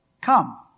come